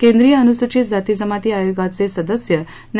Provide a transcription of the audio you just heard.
केंद्रीय अनुसूचित जाती जमाती आयोगाचे सदस्य न्या